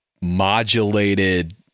modulated